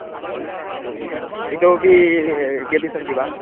अस्तु इतोपि केपि सन्ति वा